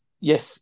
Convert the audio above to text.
yes